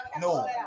No